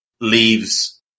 leaves